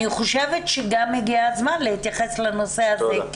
אני חושבת שגם הגיע הזמן להתייחס לנושא הזה,